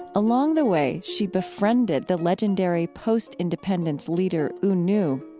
along the way, she befriended the legendary post-independence leader u nu.